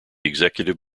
executive